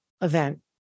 event